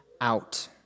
out